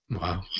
Wow